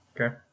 Okay